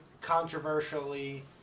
controversially